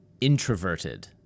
introverted